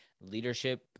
leadership